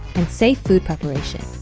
and safe food preparation.